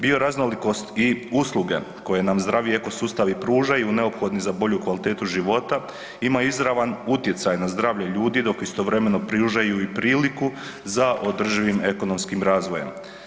Bioraznolikost i usluge koje nam zdravi eko sustavi pružaju neophodni za bolju kvalitetu života ima izravan utjecaj na zdravlje ljudi dok istovremeno pružaju i priliku za održivim ekonomskim razvojem.